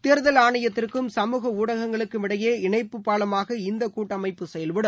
தேர்தல் ஆணையத்திற்கும் சமூக ஊடகங்களுக்கும் இடையே இணைப்பு பாலமாக இந்த கூட்டமைப்பு செயல்படும்